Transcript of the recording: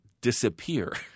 disappear